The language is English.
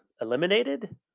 eliminated